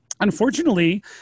Unfortunately